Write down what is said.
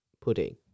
pudding